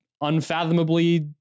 unfathomably